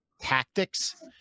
tactics